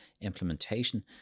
implementation